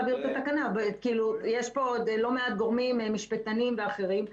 יש פה עוד לא מעט גורמים, משפטנים ואחרים.